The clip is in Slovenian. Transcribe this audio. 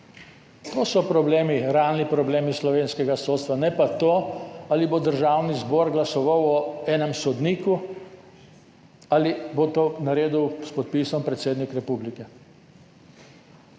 To so problemi, realni problemi slovenskega sodstva. Ne pa to, ali bo Državni zbor glasoval o enem sodniku ali bo to naredil s podpisom predsednik republike,